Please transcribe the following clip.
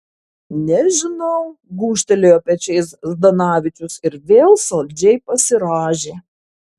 nežinau gūžtelėjo pečiais zdanavičius ir vėl saldžiai pasirąžė